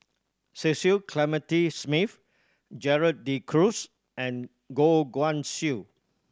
Cecil Clementi Smith Gerald De Cruz and Goh Guan Siew